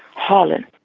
holland,